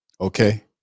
Okay